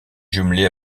jumelé